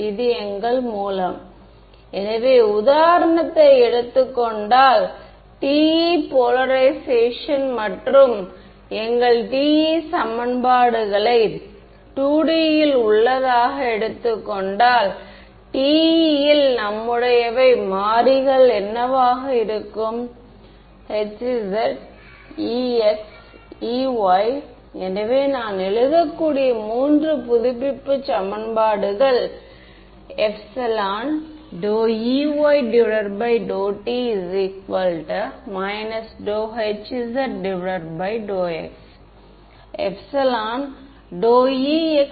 இப்போது எங்கள் மேக்ஸ்வெல்லின் சமன்பாடுகளை நாங்கள் மறுவரையறை செய்தபோது உங்களுக்கு நினைவில் இருக்கும் என்று நினைக்கிறேன் இவை கோஓர்டினேட் ஸ்ட்ரெட்சிங் பேராமீட்டர் மூலம் கிடைத்தன அப்போது உடன் இருந்தைவைகள் x y z ஆகும்